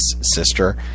sister